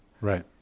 Right